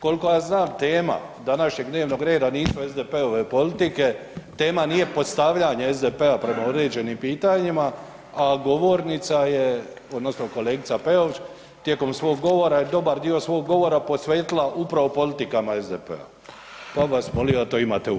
Kolko ja znam tema današnjeg dnevnog reda nisu SDP-ove politike, tema nije podstavljanje SDP-a prema određenim pitanjima, a govornica je odnosno kolegica Peović tijekom svog govora je dobar dio svog govora posvetila upravo politika SDP-a, pa bi vas molio da to imate u vidu.